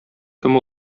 кем